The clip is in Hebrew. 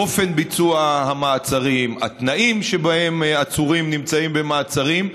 אופן ביצוע המעצרים והתנאים שבהם עצורים נמצאים במעצרים,